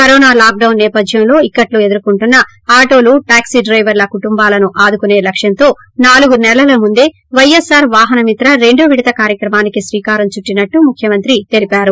corona lockdown సేపధ్యంలో ఇక్కట్లు ఎదుర్కుంటున్న ఆటోలు టాక్సీలు డ్లెవర్ల కుటుంబాలను ఆదుకునే లక్షంతో నాలుగు నెలల ముందే పైఎస్పార్ వాహన మిత్ర రెండో విడత కార్యక్రమానికి శ్రీకారం చుట్టి నట్లు ముఖ్యమంత్రి తెలిపారు